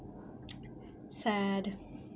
sad